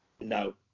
No